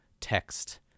text